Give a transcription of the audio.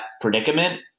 predicament